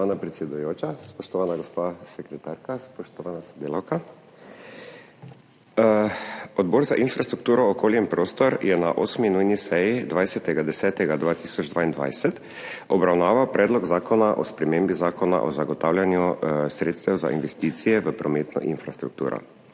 Spoštovana predsedujoča, spoštovana gospa sekretarka, spoštovana sodelavka! Odbor za infrastrukturo, okolje in prostor je na 8. nujni seji 20. 10. 2022 obravnaval Predlog zakona o spremembi Zakona o zagotavljanju sredstev za investicije v prometno infrastrukturo.